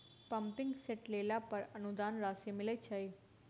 Pumping set लेला पर अनुदान राशि मिलय छैय?